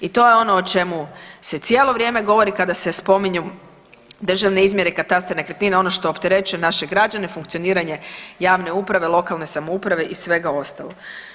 I to je ono o čemu se cijelo vrijeme govori kada se spominju državne izmjere i katastar nekretnina, ono što opterećuje naše građane, funkcioniranje javne uprave, lokalne samouprave i svega ostalo.